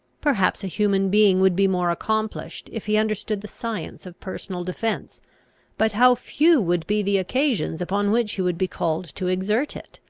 perhaps a human being would be more accomplished, if he understood the science of personal defence but how few would be the occasions upon which he would be called to exert it?